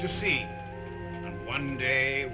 to see one day